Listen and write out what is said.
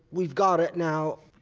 we've got it now.